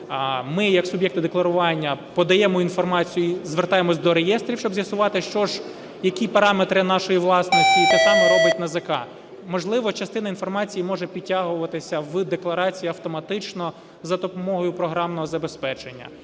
ми як суб'єкти декларування подаємо інформацію і звертаємось до реєстрів, щоб з'ясувати, які параметри нашої власності, і те саме робить НАЗК. Можливо, частина інформації може підтягуватися в декларації автоматично за допомогою програмного забезпечення,